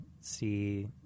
see